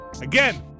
again